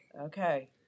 Okay